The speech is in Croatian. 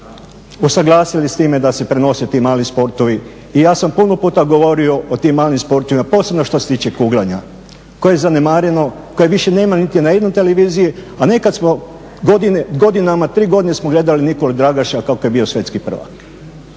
usuglasili sa time da se prenose ti mali sportovi. I ja sam puno puta govorio o tim malim sportovima posebno što se tiče kuglanja koje je zanemareno, koje više nema niti na jednoj televiziji a nekada smo godinama, tri godine smo gledali Nikolu Dragaša kako je bio svjetski prvak.